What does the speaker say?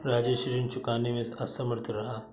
राजेश ऋण चुकाने में असमर्थ रहा